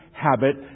habit